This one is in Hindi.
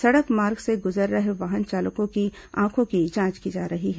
सड़क मार्ग से गुजर रहे वाहन चालकों की आंखों की जांच की जा रही है